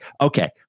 Okay